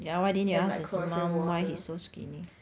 yeah why didn't you ask his mum why he's so skinny